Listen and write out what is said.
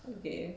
okay